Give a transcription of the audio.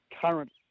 current